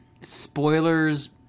Spoilers